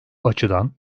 açıdan